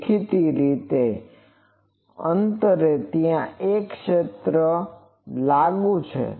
દેખીતી રીતે અંતરે ત્યાં એક ક્ષેત્ર લાગુ છે